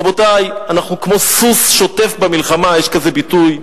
רבותי, אנחנו כמו סוס שוטף במלחמה, יש כזה ביטוי,